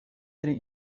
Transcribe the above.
tre